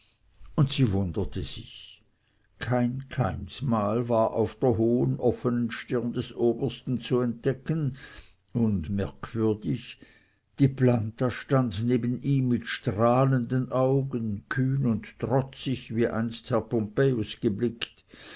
und sie wunderte sich kein kainszeichen war auf der hohen offenen stirn des obersten zu entdecken und merkwürdig die planta stand neben ihm mit strahlenden augen kühn und trotzig wie einst herr pompejus geblickt